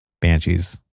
Banshees